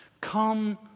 Come